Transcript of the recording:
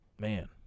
Man